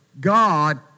God